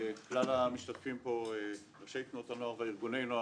וברשות כלל המשתתפים פה ראשי תנועות הנוער וארגוני הנוער.